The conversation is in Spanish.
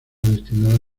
destinada